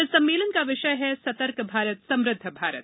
इस सम्मेलन का विषय है सतर्क भारत समृद्ध भारत